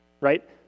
right